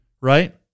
right